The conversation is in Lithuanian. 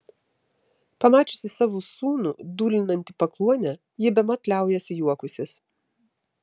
pamačiusi savo sūnų dūlinant į pakluonę ji bemat liaujasi juokusis